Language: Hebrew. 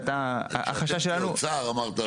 מבחינת האוצר אמרת.